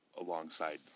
alongside